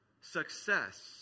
success